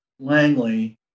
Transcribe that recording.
Langley